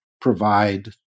provide